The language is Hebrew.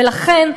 ולכן,